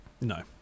No